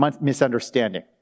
misunderstanding